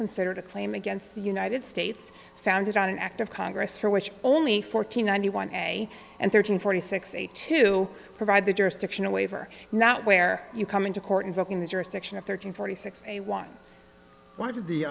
considered a claim against the united states founded on an act of congress for which only fourteen ninety one day and thirteen forty six a to provide the jurisdiction a waiver not where you come into court invoking the jurisdiction of thirteen forty six a one w